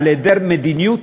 על היעדר מדיניות.